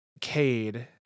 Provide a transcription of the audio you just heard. Cade